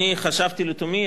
אני חשבתי לתומי,